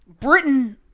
Britain